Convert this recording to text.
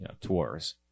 tours